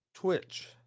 Twitch